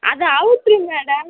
அது out madam